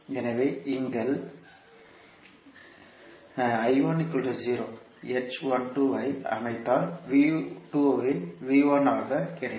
எனவே இங்கே நீங்கள் h12 ஐ அமைத்தால் V2 இல் V1 ஆக கிடைக்கும்